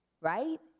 right